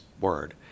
word